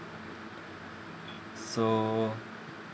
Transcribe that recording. so